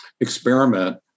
experiment